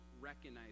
recognize